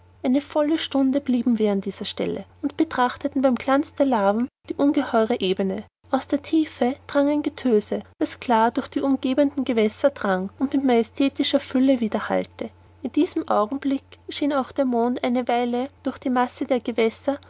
eine volle stunde blieben wir an dieser stelle und betrachteten beim glanz der laven die ungeheure ebene aus der tiefe drang ein getöse das klar durch die umgebenden gewässer drang und mit majestätischer fülle widerhallte in diesem augenblick schien auch der mond eine weile durch die masse der gewässer